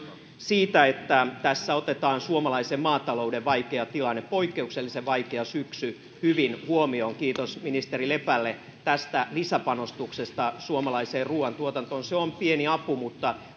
siitä että tässä otetaan suomalaisen maatalouden vaikea tilanne poikkeuksellisen vaikea syksy hyvin huomioon kiitos ministeri lepälle lisäpanostuksesta suomalaiseen ruuantuotantoon se on pieni apu mutta